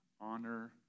honor